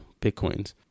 Bitcoins